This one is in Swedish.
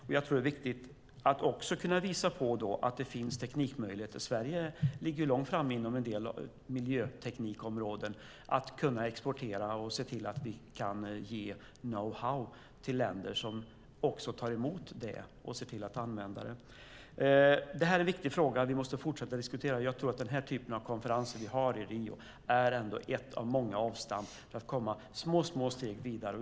Jag tror att det är viktigt att kunna visa på att det finns teknikmöjligheter. Sverige ligger långt framme inom en del miljöteknikområden. Vi kan exportera och se till att ge know-how till länder som tar emot det och ser till att använda det. Detta är en viktig fråga som vi måste fortsätta att diskutera. Jag tror att den typ av konferenser vi har i Rio ändå är ett av många avstamp för att komma små, små steg vidare.